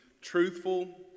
truthful